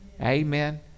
amen